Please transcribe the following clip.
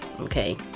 okay